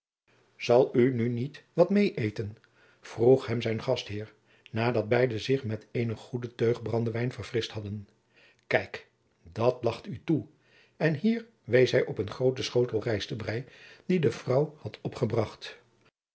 oe nu niet wat met eten vroeg hem zijn gastheer nadat beide zich met eene goede teug brandewijn verfrischt hadden kijk dat lagcht oe toe en hier wees hij op een grooten schotel rijstenbrij dien de oude vrouw had opgebracht